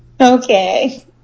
Okay